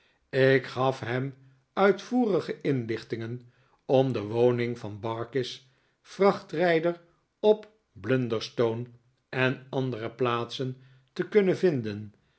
ik gaf hem liitvoerige inlichtingen om de woning van barkis vrachtrijder op blunderstone en andere plaatsen te kunnen vinden